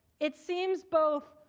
it seems both